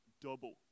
double